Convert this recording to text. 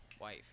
wife